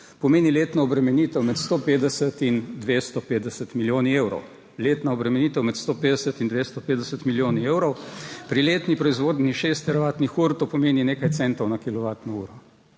evrov. Letna obremenitev med 150 in 250 milijoni evrov, pri letni proizvodnji šest teravatnih ur to pomeni nekaj centov na kilovatno uro.